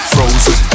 Frozen